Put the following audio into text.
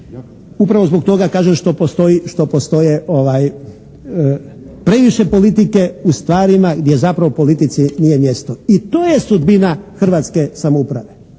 Upravo zbog toga kažem što postoji, što postoje previše politike u stvarima gdje zapravo politici nije mjesto. I to je sudbina hrvatske samouprave.